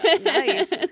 Nice